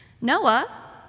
Noah